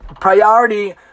priority